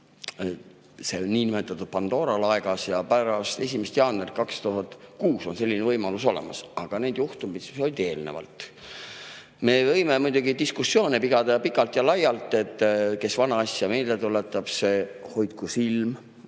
see niinimetatud Pandora laegas. Pärast 1. jaanuari 2006 on selline võimalus olemas, aga need juhtumid olid eelnevalt. Me võime muidugi diskussioone pidada pikalt ja laialt, et kes vana asja meelde tuletab, see hoidku silm,